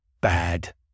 bad